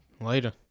Later